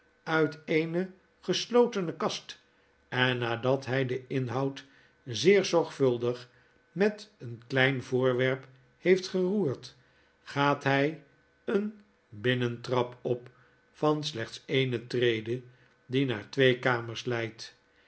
mettabakuit eene geslotene kast ennadat hfl deninhoud zeer zorgvuldig met een klein voorwerp heeft geroerd gaafc hjj een binnentrap op van slechts eene trede die naar twee kamers leidt